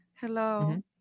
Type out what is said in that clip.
Hello